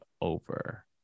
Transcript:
over